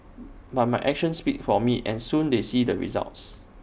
but my actions speak for me and soon they see the results